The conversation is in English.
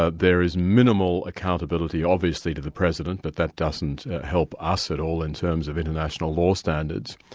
ah there is minimal accountability obviously to the president, but that doesn't help us at all in terms of international law standards,